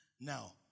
Now